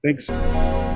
Thanks